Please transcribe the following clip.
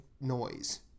noise